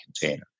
container